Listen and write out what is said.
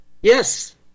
Yes